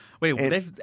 Wait